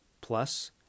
plus